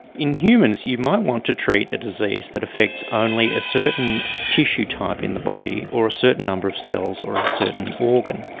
in humans you might want to treat a disease that affects only a certain tissue type in the body or a certain number of cells or a certain organ.